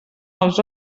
els